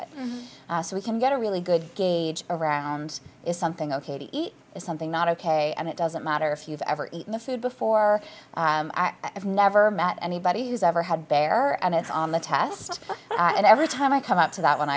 it so we can get a really good gauge around is something ok to eat is something not ok and it doesn't matter if you've ever eaten a food before i've never met anybody who's ever had a bear and it's on the test and every time i come up to that